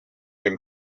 dem